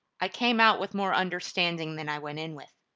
i came out with more understanding than i went in with,